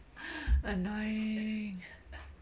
annoying